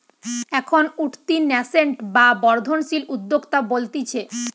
এখন উঠতি ন্যাসেন্ট বা বর্ধনশীল উদ্যোক্তা বলতিছে